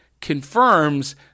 confirms